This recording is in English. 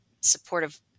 supportive